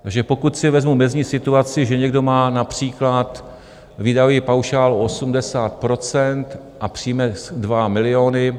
Takže pokud si vezmu mezní situaci, že někdo má například výdajový paušál 80 % a příjem 2 miliony...